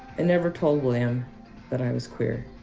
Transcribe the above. i never told william that i was queer,